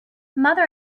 mother